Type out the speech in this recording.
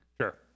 sure